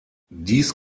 dies